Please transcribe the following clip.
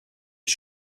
die